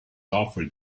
offered